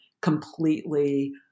completely